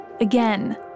Again